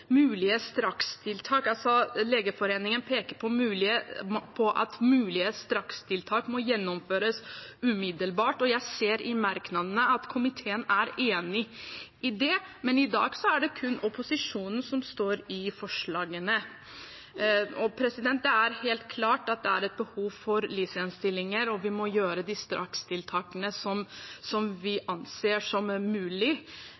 at mulige strakstiltak må gjennomføres umiddelbart, og jeg ser i merknadene at komiteen er enig i det. Men i dag er det kun opposisjonen som står inne i forslagene. Det er helt klart at det er et behov for LIS1-stillinger, og vi må gjøre de strakstiltakene vi anser som mulige. Vi